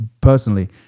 personally